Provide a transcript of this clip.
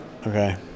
okay